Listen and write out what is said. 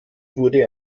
wurde